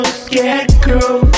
scarecrow